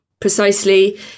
precisely